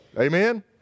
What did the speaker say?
Amen